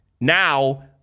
Now